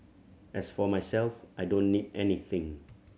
as for myself I don't need anything